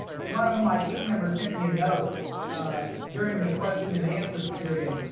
one um of my team members sent me a note during the question and answer period,